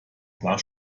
klar